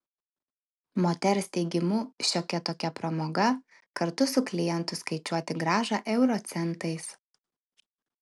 moters teigimu šiokia tokia pramoga kartu su klientu skaičiuoti grąžą euro centais